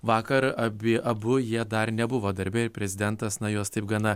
vakar abi abu jie dar nebuvo darbe ir prezidentas nuo jos taip gana